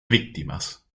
víctimas